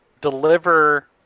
deliver